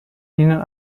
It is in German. ihnen